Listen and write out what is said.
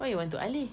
why you want to alih